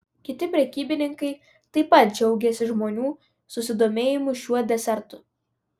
kiti prekybininkai taip pat džiaugėsi žmonių susidomėjimu šiuo desertu